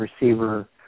receiver